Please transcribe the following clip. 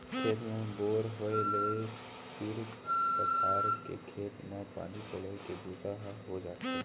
खेत म बोर होय ले तीर तखार के खेत म पानी पलोए के बूता ह हो जाथे